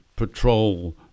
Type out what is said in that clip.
patrol